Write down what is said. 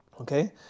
Okay